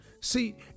See